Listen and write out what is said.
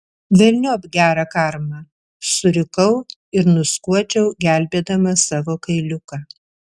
velniop gerą karmą surikau ir nuskuodžiau gelbėdama savo kailiuką